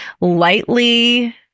lightly